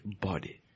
body